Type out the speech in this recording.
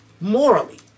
morally